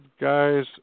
guys